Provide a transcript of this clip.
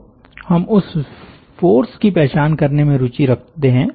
तो हम उस फ़ोर्स की पहचान करने में रुचि रखते हैं